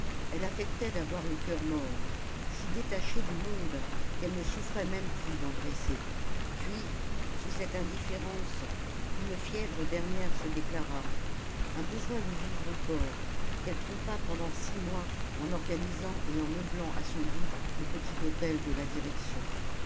elle affectait d'avoir le coeur mort si détachée du monde qu'elle ne souffrait même plus d'engraisser puis sous cette indifférence une fièvre dernière se déclara un besoin de vivre encore qu'elle trompa pendant six mois en organisant et en meublant à son goût le petit hôtel de la direction